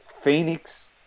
Phoenix